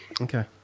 okay